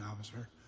officer